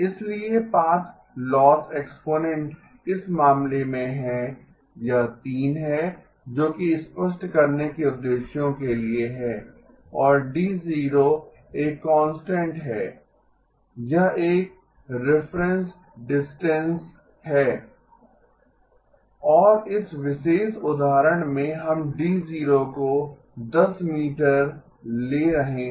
इसलिए path loss exponent इस मामले में है यह 3 है जो कि स्पष्ट करने के उद्देश्यों के लिए है और d0 एक कांस्टेंट है यह एक रिफरेन्स डिस्टेंस है और इस विशेष उदाहरण में हम d0 को 10 मीटर ले रहे हैं